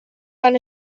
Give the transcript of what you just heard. van